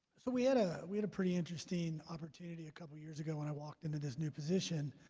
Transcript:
so we had a we had a pretty interesting opportunity a couple years ago when i walked into this new position